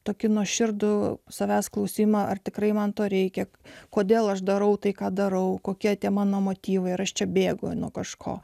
tokį nuoširdų savęs klausiama ar tikrai man to reikia kodėl aš darau tai ką darau kokie tie mano motyvai ir aš čia bėgo nuo kažko